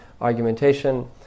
argumentation